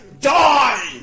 Die